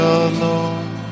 alone